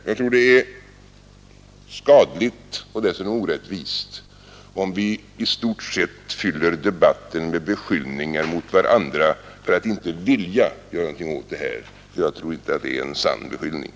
Jag tror det är skadligt, och dessutom orättvist, om vi i stort sett fyller debatten med beskyllningar mot varandra för att inte vilja göra någonting åt det här; jag tror inte att det är en sann beskyllning.